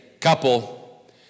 couple